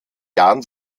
jahren